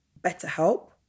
BetterHelp